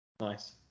Nice